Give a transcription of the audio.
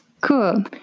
Cool